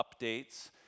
updates